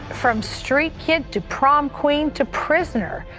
from street kid to prom queen to prisoner,